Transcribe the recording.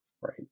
right